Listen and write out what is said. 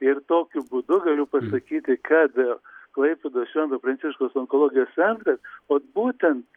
ir tokiu būdu galiu pasakyti kad klaipėdos švento pranciškaus onkologijos centras ot būtent